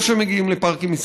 טוב שמגיעים לפארקים,